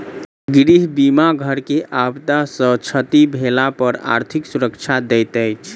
गृह बीमा घर के आपदा सॅ क्षति भेला पर आर्थिक सुरक्षा दैत अछि